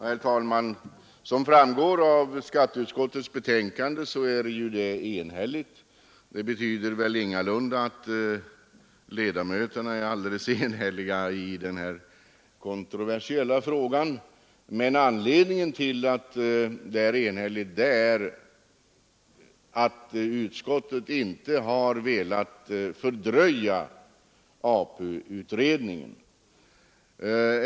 Herr talman! Som framgår av skatteutskottets betänkande är detta enhälligt. Det betyder ingalunda att ledamöterna är helt ense i denna kontroversiella fråga. Anledningen till att betänkandet är enhälligt är att utskottet inte har velat fördröja APU-utredningen.